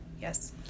yes